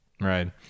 right